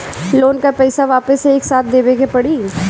Loan का पईसा वापिस एक साथ देबेके पड़ी?